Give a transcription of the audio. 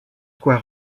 toit